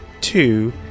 two